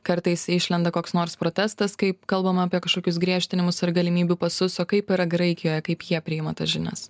kartais išlenda koks nors protestas kaip kalbama apie kažkokius griežtinimus ar galimybių pasus o kaip yra graikijoje kaip jie priima tas žinias